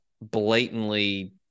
blatantly